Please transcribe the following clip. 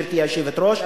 גברתי היושבת-ראש,